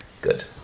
good